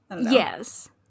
yes